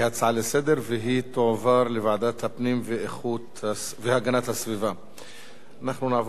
להצעה לסדר-היום ולהעביר את הנושא לוועדת הפנים והגנת הסביבה נתקבלה.